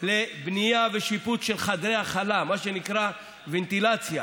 לבנייה ושיפוץ של חדרי הכלה, מה שנקרא ונטילציה,